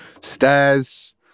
Stairs